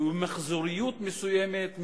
במחזוריות מסוימת,